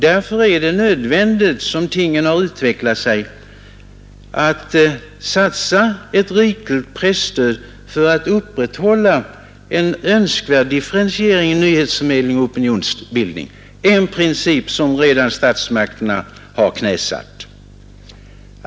Därför är det nödvändigt, som tingen har utvecklat sig, att satsa på ett rikligt presstöd för att upprätthålla en önskvärd differentiering i nyhetsförmedling och opinionsbildning — en princip som statsmakterna redan har knäsatt.